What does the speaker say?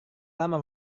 lama